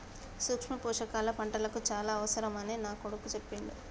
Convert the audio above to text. సూక్ష్మ పోషకాల పంటలకు చాల అవసరమని నా కొడుకు చెప్పిండు